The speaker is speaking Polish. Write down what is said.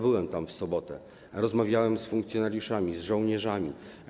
Byłem tam w sobotę, rozmawiałem z funkcjonariuszami, z żołnierzami.